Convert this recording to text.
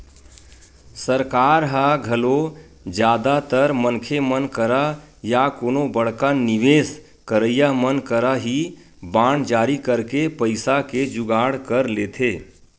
सरकार ह घलो जादातर मनखे मन करा या कोनो बड़का निवेस करइया मन करा ही बांड जारी करके पइसा के जुगाड़ कर लेथे